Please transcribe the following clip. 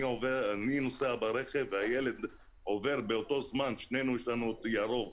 אני נוסע ברכב ובאותו זמן הילד עובר ולשנינו יש אור ירוק.